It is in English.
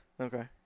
Okay